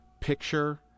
picture